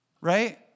right